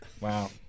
Wow